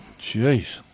Jeez